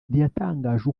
ntiyatangaje